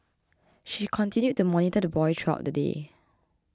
she continued to monitor the boy throughout the day